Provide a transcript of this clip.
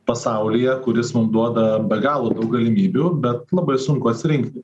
pasaulyje kuris mum duoda be galo daug galimybių bet labai sunku atsirinkti